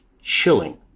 chilling